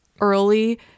early